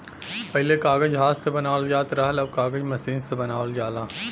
पहिले कागज हाथ से बनावल जात रहल, अब कागज मसीन से बनावल जाला